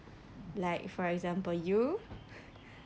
like for example you